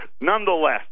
nonetheless